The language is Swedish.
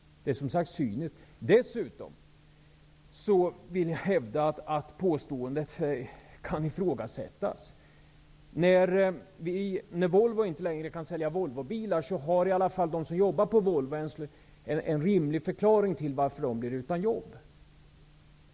Dessutom vill jag hävda att påståendet kan ifrågasättas. När Volvo inte längre kan sälja Volvobilar har i varje fall de som jobbar på Volvo en rimlig förklaring till varför de blir utan jobb.